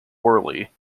orally